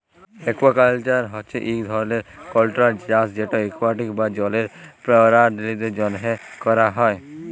aquaculture হছে ইক ধরলের কল্ট্রোল্ড চাষ যেট একুয়াটিক বা জলের পেরালিদের জ্যনহে ক্যরা হ্যয়